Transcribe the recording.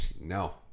No